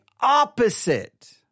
opposite